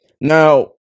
Now